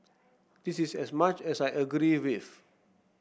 this is as much as I agree with